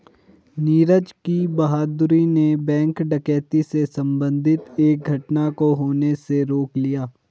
नीरज की बहादूरी ने बैंक डकैती से संबंधित एक घटना को होने से रोक लिया